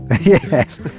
Yes